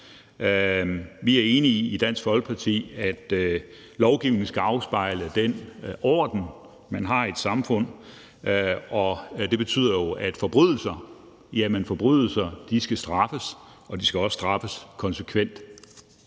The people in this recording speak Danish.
er vi enige i, at lovgivningen skal afspejle den orden, man har i et samfund, og det betyder jo, at forbrydelser skal straffes, og de skal også straffes konsekvent.